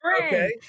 Okay